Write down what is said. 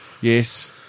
Yes